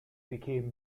became